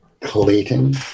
Clayton